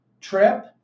trip